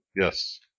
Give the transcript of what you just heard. yes